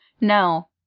No